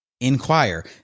inquire